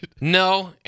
No